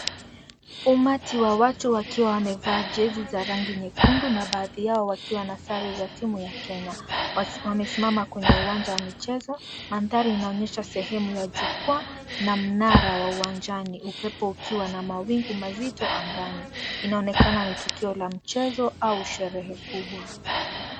Umati wa watu wakiwa wamevaa jezi za rangi nyekundu na baadhi yao wakiwa na sare za timu ya Kenya wamesimama kwenye uwanja wa michezo mandari yanaonekana sehemu ya jukwaa na mnara wa uwanjani upepo ukiwa na mawingu mazito angani inaonekana ni tukio la mchezo au sherehe kubwa.